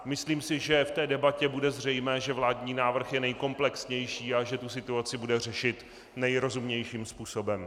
Myslím si, že v té debatě bude zřejmé, že vládní návrh je nejkomplexnější a že tu situaci bude řešit nejrozumnějším způsobem.